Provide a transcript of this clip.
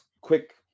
quick